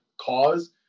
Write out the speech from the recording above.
cause